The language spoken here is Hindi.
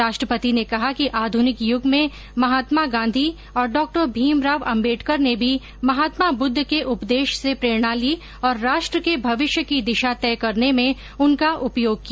राष्ट्रपति ने कहा कि आधुनिक युग में महात्मा गांधी और डॉक्टर भीम राव आम्बेडकर ने भी महात्मा बुद्ध के उपदेश से प्रेरणा ली और राष्ट्र के भविष्य की दिशा तय करने में उनका उपयोग किया